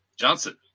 Johnson